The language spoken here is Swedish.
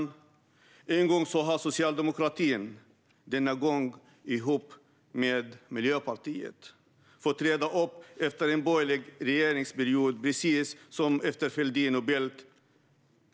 Än en gång har socialdemokratin, denna gång ihop med Miljöpartiet, fått reda upp efter en borgerlig regeringsperiod, precis som efter Fälldin och Bildt.